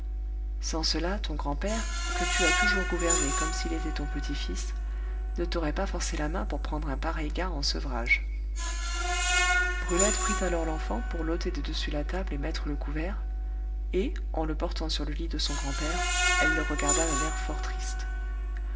sans cela ton grand-père que tu as toujours gouverné comme s'il était ton petit-fils ne t'aurait pas forcé la main pour prendre un pareil gars en sevrage brulette prit alors l'enfant pour l'ôter de dessus la table et mettre le couvert et en le portant sur le lit de son grand-père elle le regarda d'un air fort triste